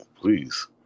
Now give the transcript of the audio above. please